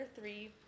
three